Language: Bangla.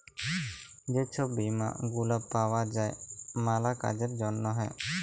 যে ছব বীমা গুলা পাউয়া যায় ম্যালা কাজের জ্যনহে